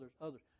others